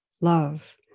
love